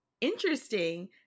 interesting